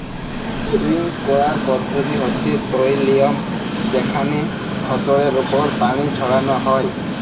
sprinkler পদ্ধতি হচ্যে সই লিয়ম যেখানে ফসলের ওপর পানি ছড়ান হয়